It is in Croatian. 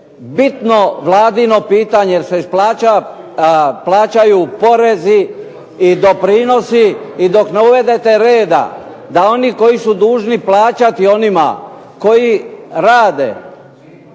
bitno Vladino pitanje jer se iz plaća plaćaju porezi i doprinosi, i dok ne uvedete reda da oni koji su dužni plaćati onima koji rade,